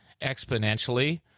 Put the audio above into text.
exponentially